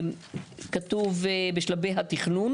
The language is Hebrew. כתוב "בשלבי התכנון"